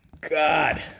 God